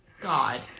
God